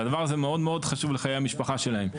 והדבר הזה מאוד מאוד חשוב לחיי המשפחה שלהם.